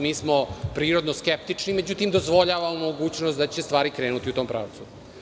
Mi smo prirodno skeptični, međutim dozvoljavamo mogućnost da će stvari krenuti u tom pravcu.